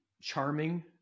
charming